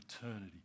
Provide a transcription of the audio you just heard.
eternity